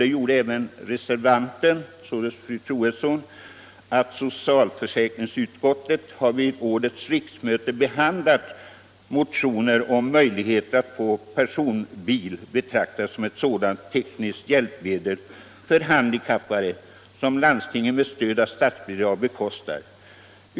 Socialförsäkringsutskottet har under innevarande riksmöte behandlat motioner om möjligheten att få personbil betraktad som ett sådant tekniskt hjälpmedel för handikappade som landstingen med stöd av statsbidrag bekostar.